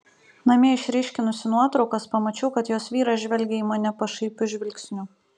namie išryškinusi nuotraukas pamačiau kad jos vyras žvelgia į mane pašaipiu žvilgsniu